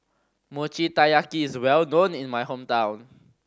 Mochi Taiyaki is well known in my hometown